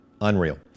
Unreal